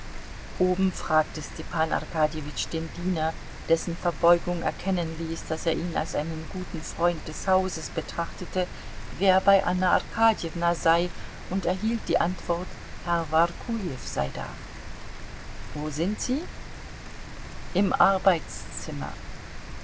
oben fragte stepan arkadjewitsch den diener dessen verbeugung erkennen ließ daß er ihn als einen guten freund des hauses betrachtete wer bei anna arkadjewna sei und erhielt die antwort herr workujew sei da wo sind sie im arbeitszimmer